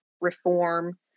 reform